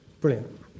Brilliant